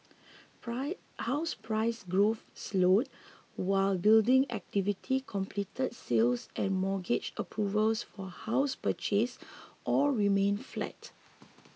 house price growth slowed whilst building activity completed sales and mortgage approvals for house purchase all remained flat